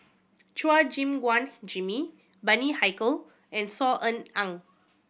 Chua Gim Guan Jimmy Bani Haykal and Saw Ean Ang